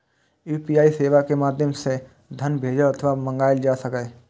UPI सेवा के माध्यम सं धन भेजल अथवा मंगाएल जा सकैए